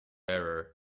error